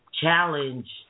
challenge